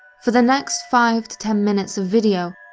for the next five to ten minutes of video,